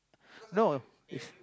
no